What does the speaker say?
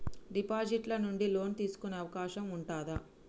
Deposit ల నుండి loan తీసుకునే అవకాశం ఉంటదా?